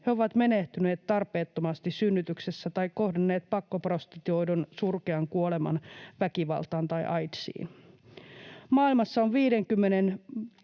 He ovat menehtyneet tarpeettomasti synnytyksessä tai kohdanneet pakkoprostituoidun surkean kuoleman väkivaltaan tai aidsiin. Maailmassa on 50:n